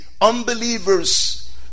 unbelievers